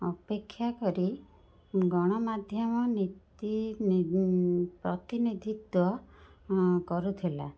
ଅପେକ୍ଷା କରି ଗଣମାଧ୍ୟମ ପ୍ରତିନିଧିତ୍ୱ କରୁଥିଲା